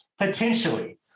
potentially